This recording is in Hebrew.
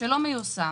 שלא מיושם,